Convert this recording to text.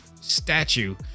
statue